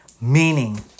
meaning